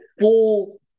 full